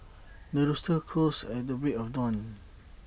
the rooster crows at the break of dawn